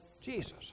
Jesus